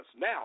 Now